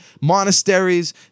monasteries